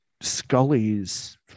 Scully's